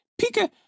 Pika